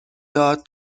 داد